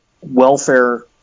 welfare